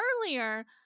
earlier